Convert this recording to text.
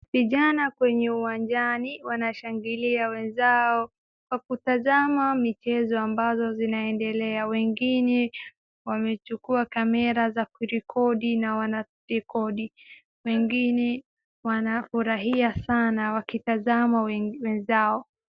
Vijana kwenye uwanjani wanashangilia wenzao kwa kutazama michezo ambazo zinaendelea. Wengine wamechukua kamera za kurekodi na wanarekodi, wengine wanafurahia sana wakitazama wenzao.